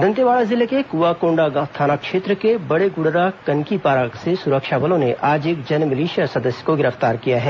दंतेवाड़ा जिले के क्आंकोंडा थाना क्षेत्र के बड़ेगुडरा कनकीपारा से सुरक्षा बलों ने आज एक जनमिलिशिया सदस्य को गिरफ्तार किया है